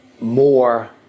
more